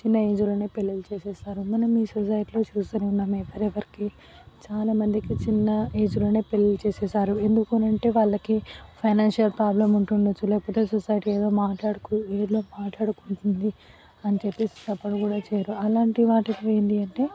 చిన్న ఏజ్ లోనే పెళ్ళిళ్ళు చేసేస్తారు మనం ఈ సొసైటీలో చూస్తూనే ఉన్నాము ఎవరెవరికి చాలా మందికి చిన్న ఏజ్ లోనే పెళ్ళిళ్ళు చేసేసారు ఎందుకనంటే వాళ్ళకి ఫైనాన్షియల్ ప్రాబ్లమ్ ఉంటుండచ్చు లేకపోతే సొసైటీ ఏదో మాట్లాడుకు ఏదో మాట్లాడుకుంటుంది అని చెప్పేసి సపోర్ట్ కూడా చెయ్యరు అలాంటి వాటికి ఏంటి అంటే